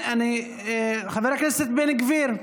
חבר הכנסת בן גביר,